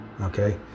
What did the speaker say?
Okay